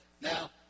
Now